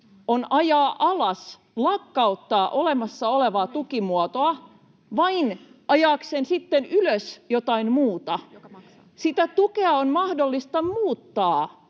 on ajaa alas, lakkauttaa, olemassa olevaa tukimuotoa vain ajaakseen sitten ylös jotain muuta? Sitä tukea on mahdollista muuttaa.